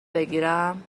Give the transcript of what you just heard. بگیرم